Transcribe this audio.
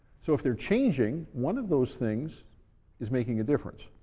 so if they're changing, one of those things is making a difference.